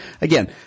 again